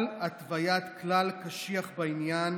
אבל התוויית כלל קשיח בעניין,